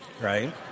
right